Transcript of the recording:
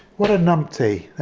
what a numpty